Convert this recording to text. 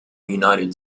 united